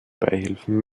beihilfen